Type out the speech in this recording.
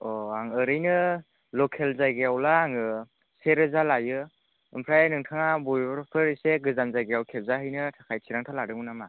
आं ओरैनो लकेल जायगायावबा आङो से रोजा लायो आमफ्राय नोंथाङा बबेबाफोर एसे गोजान जायगाफ्राव खेबजाहैनो थाखाय थिरांथा लादोंमोन नामा